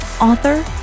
author